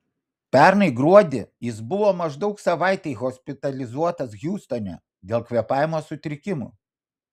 pernai gruodį jis buvo maždaug savaitei hospitalizuotas hjustone dėl kvėpavimo sutrikimų